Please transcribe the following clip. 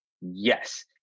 Yes